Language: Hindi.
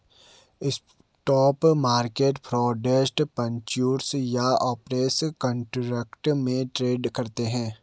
स्पॉट मार्केट फॉरवर्ड, फ्यूचर्स या ऑप्शंस कॉन्ट्रैक्ट में ट्रेड करते हैं